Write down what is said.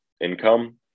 income